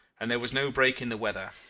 and there was no break in the weather.